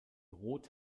rot